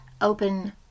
open